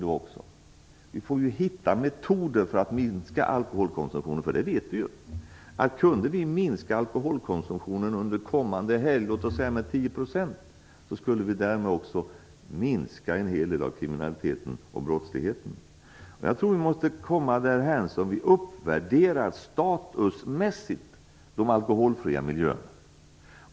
Vi måste hitta metoder för att minska alkoholkonsumtionen. Kunde vi under kommande helg minska alkoholkonsumtionen med låt oss säga 10 % skulle vi därmed också minska en hel del av kriminaliteten och brottsligheten. Jag tror att vi måste komma därhän att vi statusmässigt uppvärderar de alkoholfria miljöerna.